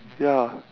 ya